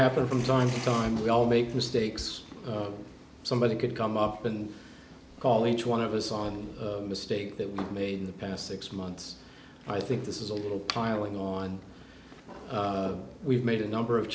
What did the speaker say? happen from time to time we all make mistakes somebody could come up and call each one of us on a mistake that we made in the past six months i think this is a little piling on we've made a number of